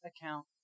account